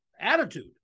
attitude